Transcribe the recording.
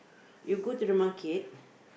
you go to the market